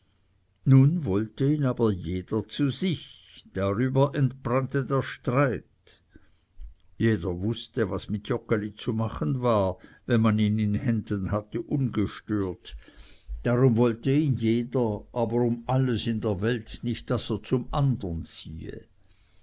nun wollte ihn aber jeder zu sich darüber entbrannte der streit jeder wußte was mit joggeli zu machen war wenn man ihn in händen hatte ungestört darum wollte ihn jeder aber um alles in der welt nicht daß er zum andern ziehe